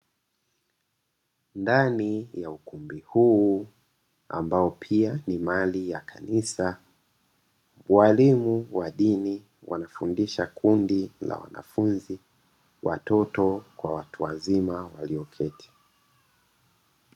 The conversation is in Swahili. Ndani ya ukumbi huu ambao pia ni mali ya kanisa, walimu wa dini wanafundisha kundi la wanafunzi, watoto kwa watu wazima walioketi.